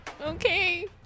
okay